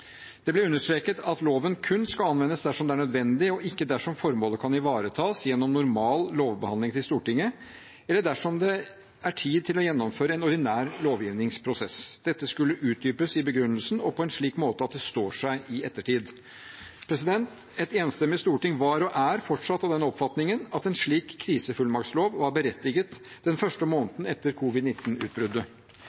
Det ble understreket at loven kun skal anvendes dersom det er nødvendig, og ikke dersom formålet kan ivaretas gjennom normal lovbehandling i Stortinget eller dersom det er tid til å gjennomføre en ordinær lovgivningsprosess. Dette skulle utdypes i begrunnelsen og på en slik måte at det står seg i ettertid. Et enstemmig storting var og er fortsatt av den oppfatningen at en slik krisefullmaktslov var berettiget den første